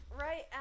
right